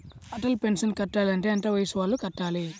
Atal pension కట్టాలి అంటే ఎంత వయసు వాళ్ళు కట్టాలి?